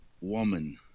woman